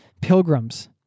pilgrims